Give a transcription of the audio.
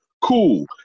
Cool